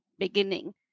Beginning